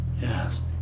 Yes